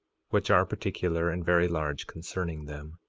which are particular and very large, concerning them.